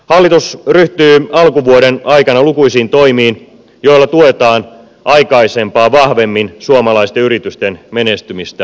hallitus ryhtyy alkuvuoden aikana lukuisiin toimiin joilla tuetaan aikaisempaa vahvemmin suomalaisten yritysten menestymistä maailmalla